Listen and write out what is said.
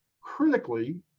critically